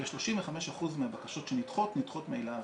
כ-35% מהבקשות שנדחות נדחות מהעילה הזאת.